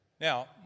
Now